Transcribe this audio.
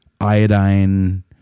iodine